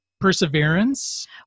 perseverance